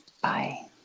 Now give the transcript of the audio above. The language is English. Bye